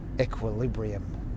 equilibrium